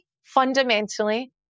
fundamentally